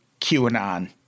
QAnon